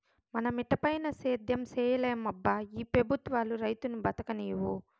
మన మిటపైన సేద్యం సేయలేమబ్బా ఈ పెబుత్వాలు రైతును బతుకనీవు